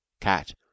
Cat